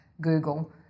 Google